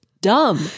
dumb